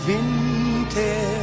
Winter